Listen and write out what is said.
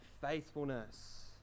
faithfulness